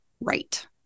right